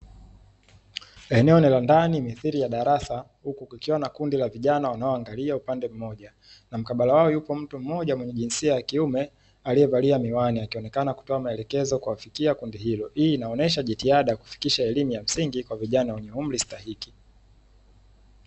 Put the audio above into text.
Eneo ni la ndani mithili ya darasa, huku kukiwa na kundi la vijana wanaoangalia upande mmoja, na mkabala wao yupo mtu mmoja mwenye jinsia ya kiume aliyevalia miwani. Akionekana kutoa maelekezo kuwafikia kundi hilo, hii inaonyesha jitihada ya kufikisha elimu ya msingi kwa vijana wenye umri stahiki.